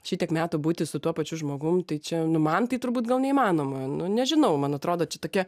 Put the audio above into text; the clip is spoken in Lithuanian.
šitiek metų būti su tuo pačiu žmogum tai čia nu man tai turbūt gal neįmanoma nu nežinau man atrodo čia tokia